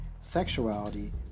sexuality